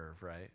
right